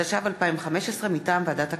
התשע"ו 2015, מטעם ועדת הכנסת,